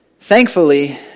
Thankfully